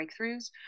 breakthroughs